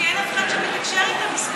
כי אין אף אחד שמתקשר איתה סביבה.